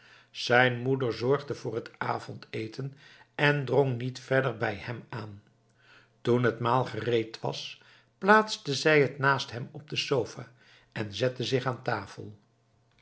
zijn moeder zorgde voor het avondeten en drong niet verder bij hem aan toen het maal gereed was plaatste zij het naast hem op de sofa en zette zich aan tafel